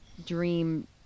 Dream